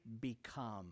become